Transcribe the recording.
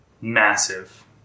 massive